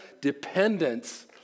dependence